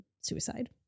suicide